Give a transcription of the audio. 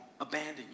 abandon